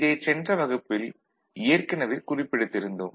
இதைச் சென்ற வகுப்பில் ஏற்கனவே குறிப்பெடுத்திருந்தோம்